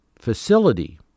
facility